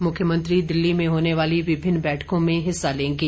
मुख्यमंत्री दिल्ली में होने वाली विभिन्न बैठकों में हिस्सा लेंगे